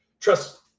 trust